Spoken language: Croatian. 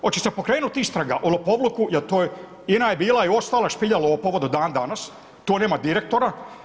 Hoće li se pokrenuti istraga o lopovluku, jer to je, INA je bila i ostala špilja lopova do dan danas, to nema direktora.